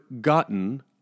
gotten